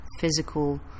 physical